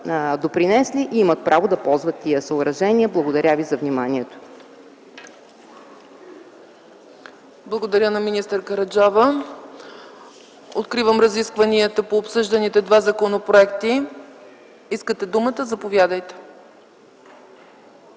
допринесли и имат право да ползват тези съоръжения. Благодаря ви за вниманието. ПРЕДСЕДАТЕЛ ЦЕЦКА ЦАЧЕВА: Благодаря на министър Караджова. Откривам разискванията по обсъжданите два законопроекта. Искате думата – заповядайте,